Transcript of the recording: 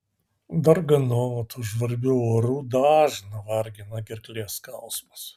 darganotu žvarbiu oru dažną vargina gerklės skausmas